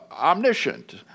omniscient